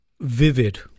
Vivid